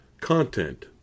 content